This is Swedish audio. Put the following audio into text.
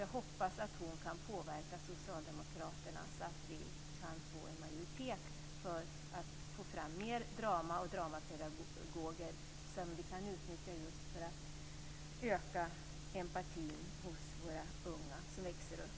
Jag hoppas att hon kan påverka socialdemokraterna så att vi kan få en majoritet för att få fram flera dramapedagoger som kan utnyttjas för att öka empatin hos våra unga som växer upp.